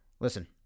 listen